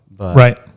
Right